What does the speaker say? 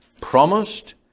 promised